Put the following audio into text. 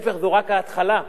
להיפך, זו רק ההתחלה.